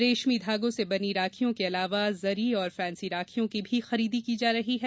रेशमी धागों से बनी राखियों के अलावा जरी और फेन्सी राखियों की भी खरीदी की जा रही है